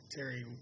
Terry